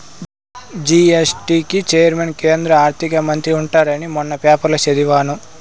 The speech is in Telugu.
జీ.ఎస్.టీ కి చైర్మన్ కేంద్ర ఆర్థిక మంత్రి ఉంటారని మొన్న పేపర్లో చదివాను